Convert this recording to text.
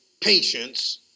patience